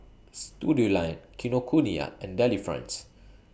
Studioline Kinokuniya and Delifrance